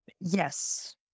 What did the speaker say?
Yes